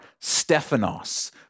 Stephanos